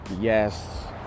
Yes